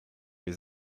les